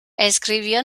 escribió